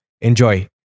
enjoy